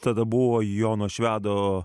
tada buvo jono švedo